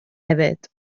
hefyd